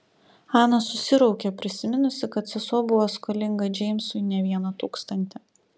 ana susiraukė prisiminusi kad sesuo buvo skolinga džeimsui ne vieną tūkstantį